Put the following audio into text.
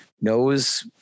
knows